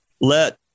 let